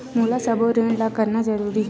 मोला सबो ऋण ला करना जरूरी हे?